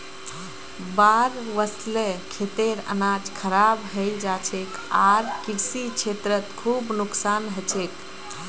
बाढ़ वस ल खेतेर अनाज खराब हई जा छेक आर कृषि क्षेत्रत खूब नुकसान ह छेक